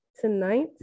tonight